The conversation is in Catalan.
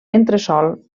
entresòl